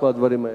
כל הדברים האלה.